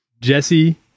Jesse